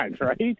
right